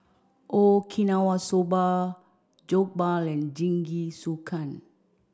Okinawa Soba Jokbal and Jingisukan